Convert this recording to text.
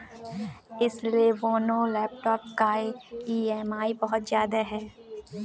इस Lenovo laptop का EMI बहुत ज्यादा है